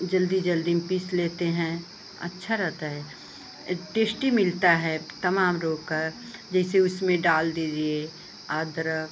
जल्दी जल्दी में पीस लेते हैं अच्छा रहता है टेश्टी मिलता है तमाम रोग का जैसे उसमें डाल दीजिए अदरक